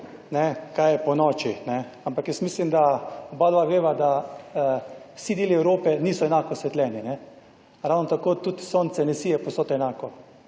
kaj je ponoči, ne, ampak jaz mislim, da oba dva veva, da vsi deli Evrope niso enako osvetljeni. Ravno tako tudi sonce ne sije povsod enako,